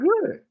good